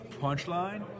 punchline